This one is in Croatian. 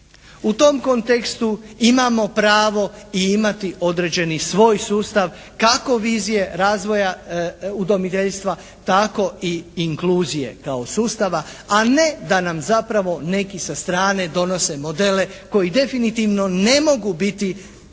U tom kontekstu imamo pravo i imati određeni svoj sustav kako vizije razvoja udomiteljstva tako i inkluzije kao sustava, a ne da nam zapravo neki sa strane donose modele koji definitivno ne mogu biti